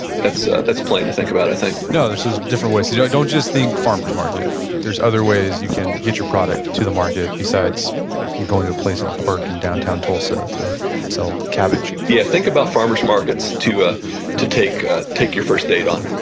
that's ah that's plenty to think about. i think no, this is different ways to do, i don't just think farmer's market. there's other ways you can get your product to the market besides going to a place in a park in downtown tulsa to sell cabbage forrest pritchard yeah. think about farmer's markets to ah to take ah take your first date on.